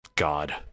God